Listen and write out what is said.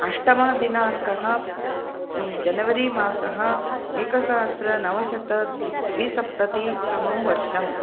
अष्टमः दिनाङ्कः जनवरी मासः एकसहस्र नव शत द्विसप्तति तमं वर्षम्